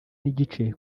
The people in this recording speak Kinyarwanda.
n’igice